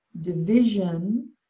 division